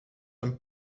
een